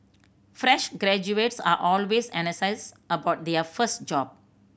fresh graduates are always about their first job